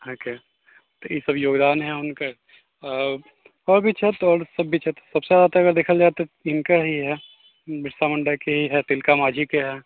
अहाँके तऽ ई सब योगदान हइ हुनकर आओर भी छथि आओरसब भी छथि सबसँ हाथ अगर देखल जाइ तऽ हिनकर ही हइ बिरसा मुण्डाके हइ तिलका माझीके हइ